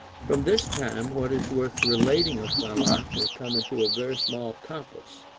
from this time, what is worth relating of my life will come into a very small compass